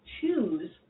choose